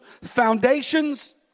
foundations